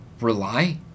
rely